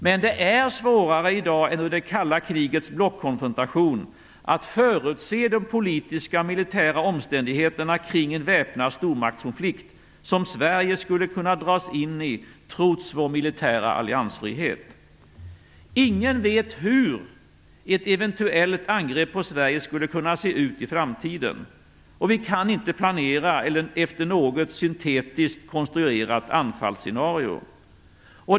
Men det är i dag svårare än det var under det kalla krigets blockkonfrontation att förutse de politiska och militära omständigheterna kring en väpnad stormaktskonflikt som Sverige skulle kunna dras in i trots vår militära alliansfrihet. Ingen vet hur ett eventuellt angrepp på Sverige skulle kunna se ut i framtiden, och vi kan inte planera efter något syntetiskt konstruerat anfallsscenario.